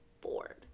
bored